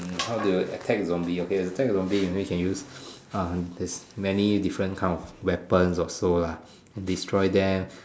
hmm how to attack the zombie okay to attack the zombie maybe can use um this many different kind of weapons or so lah destroy them